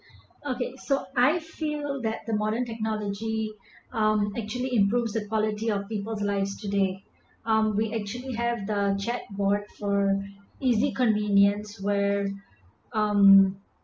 okay so I feel that the modern technology um actually improves the quality of people's lives today um we actually have the chat board for easy convenience where um